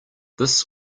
this